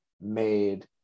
made